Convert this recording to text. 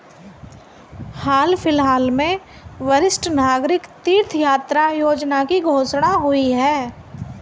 हाल फिलहाल में वरिष्ठ नागरिक तीर्थ यात्रा योजना की घोषणा हुई है